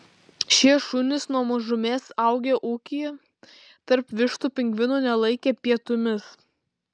šie šunys nuo mažumės augę ūkyje tarp vištų pingvinų nelaikė pietumis